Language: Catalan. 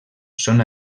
són